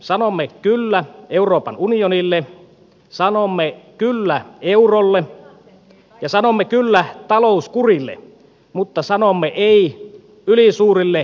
sanomme kyllä euroopan unionille sanomme kyllä eurolle ja sanomme kyllä talouskurille mutta sanomme ei ylisuurille velkavastuille